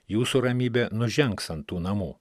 jūsų ramybė nužengs ant tų namų